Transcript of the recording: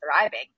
thriving